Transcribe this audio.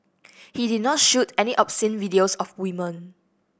he did not shoot any obscene videos of women